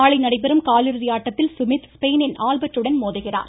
நாளை நடைபெறும் காலிறுதி ஆட்டத்தில் சுமித் ஸ்பெயினின் ஆல்பர்ட் உடன் மோதுகிறார்